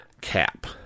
cap